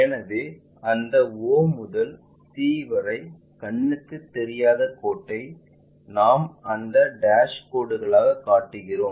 எனவே அந்த o முதல் c வரை கண்ணுக்குத் தெரியாத கோட்டை நாம் அந்த டாஷ் கோடுகளாக காட்டுகிறோம்